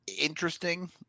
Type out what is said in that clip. Interesting